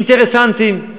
ואינטרסנטים.